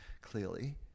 clearly